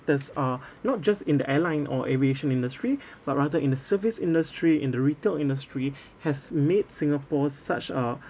uh not just in the airline or aviation industry but rather in the service industry in the retail industry has made singapore such a